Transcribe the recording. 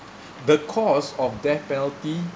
the cause of death penalty